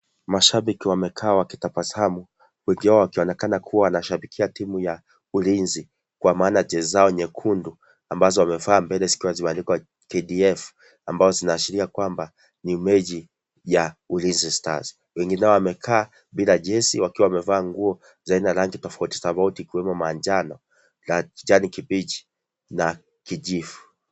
Mashabiki wamekaa wakitabasamu wengi wao wakionekana kuwa wanashabikia timu ya ulinzi kwa maana jezi zao nyekundu ambazo wamevaa mbele zikiwa zimeandikwa (cs)KDF(cs) ambazo zinaashiria kwamba ni mechi ya (cs)Ulinzi stars(cs) wengine wao wamekaa bila jezi wakiwa wamevaa nguo za aina rangi tofautitofauti kwa hivyo manjano, la kijani kibichi na kijivu.